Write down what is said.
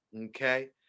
Okay